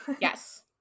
Yes